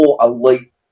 elite